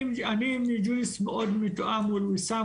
אני עם ג'וליס מאוד מתואם מול ויסאם,